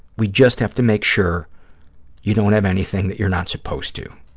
we just have to make sure you don't have anything that you're not supposed to.